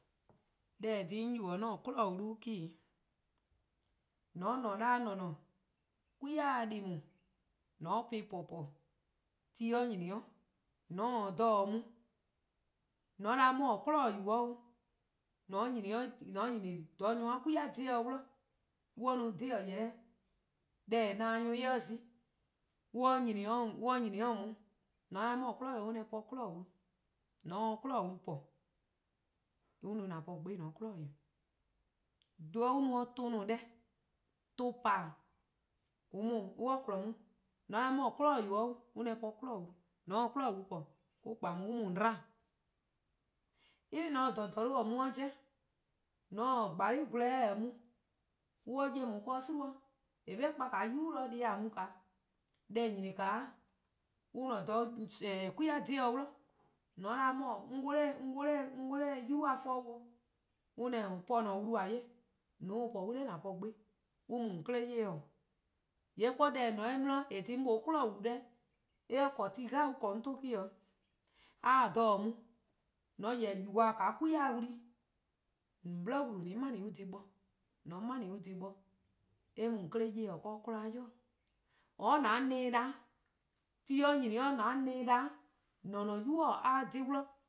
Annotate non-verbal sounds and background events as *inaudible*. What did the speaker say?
Deh :korn-a dhih 'on ybeh-a 'kwi'nehbo:-wlu-: eh-: :dhe-dih, :mo :on :ne 'o :ne :neee:, 'kwa-a deh :daa :mor :on po-ih :po :pooo: :mor ti nyni 'o :mor :on taa dha mu :mor :on 'da 'mor 'kwi'nehbo:-yu 'o *hesitation* :mor :on nyni 'o :dha nyor+-a 'kwi-a dhe-a dih an mu 'zorn 'si-: 'de deh :eh na-dih-a nyor+ eh 'ye zi, *hesitation* :mor on 'nyni-dih on, :mor :on 'da 'mor 'kwi'nehbo:yu: 'o, :yee' on 'da po 'kwi'nehbo: wlu, :mor :on se 'kwi'nehbo: wlu po, :yee' 'on 'da :an 'tmo 'sih :on :se 'kwi'nehbo:-yu:. :dha an no-dih-a tuh 'i deh, tuh po-a, :on :dhe-a dih :mor on 'kpon on, :mor :on 'da 'mor 'kwi'nehbo:-yu 'o :yee' on 'da po 'kwi'nehbo: wlu, :mor :on se 'kwi'nehbo:-wlu po :yee' on kpa on 'dba :on 'weh. even :mor :on taa :dha :dhorno' mu-a 'jeh, :mor :on taa :gwlor+ 'sluh+ 'di-dih-a mu :mor on 'ye on 'do :gwie: 'i, :eh 'be kpa-' 'de yubu' 'de :a mu-a, deh :on 'nyni 'o an-a'a: :dha, *hesitation* 'kwi-a' dhe-a dih, :mor :on 'da *hesitation* 'on 'wluh 'de yubu'-a 'for bo, :yee' on 'da :ao' po :an-a'a: wlu :a 'ye-eh, :mor :on se-uh po :yee' on 'da :an 'tmo 'sih, an mu :on 'kle 'ye-dih. :yee' deh :eh :ne-a 'de eh 'di 'de 'mor :mlor 'kwi'nehbo:-wlu deh :mor eh :korn ti 'de eh :korn-a 'on 'ton eh 'o. :mor a taa dha mu a :yeh yubo: 'kwi-a wlu+, :on 'bli-wlu: :an ma-dih an dhih bo, :mor :on 'ma-dih an dhih bo, eh mu :on 'kle 'ye-dih 'de 'kmo-a nya, or 'de :an ne 'da, :mor ti nyni 'o 'de an ne 'da, mor-: 'dekorn: :an-a'a: 'nynuu: :mor a :dhe-dih,